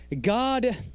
God